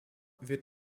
wird